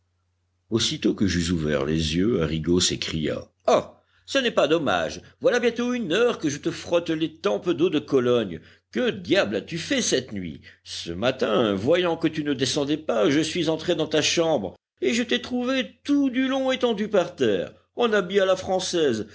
aussitôt que j'eus ouvert les yeux arrigo s'écria ah ce n'est pas dommage voilà bientôt une heure que je te frotte les tempes d'eau de cologne que diable as-tu fait cette nuit ce matin voyant que tu ne descendais pas je suis entré dans ta chambre et je t'ai trouvé tout du long étendu par terre en habit à la française